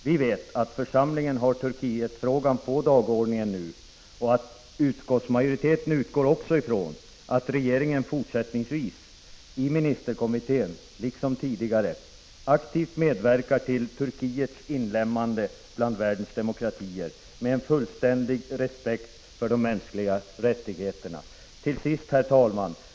Vi vet att församlingen har Turkietfrågan på dagordningen nu. Utskottsmajoriteten utgår också från att regeringen fortsättningsvis i ministerkommittén liksom tidigare aktivt medverkar till Turkiets inlemmande bland världens demokratier med en fullständig respekt för de mänskliga rättigheterna. Till sist, herr talman!